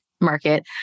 market